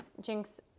Jinx